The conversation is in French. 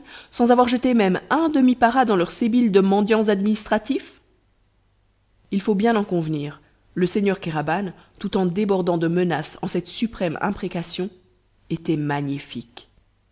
sans avoir jeté même un demi para dans leur sébille de mendiants administratifs il faut bien en convenir le seigneur kéraban tout débordant de menaces en cette suprême imprécation était magnifique